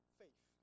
faith